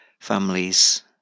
families